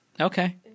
Okay